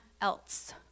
else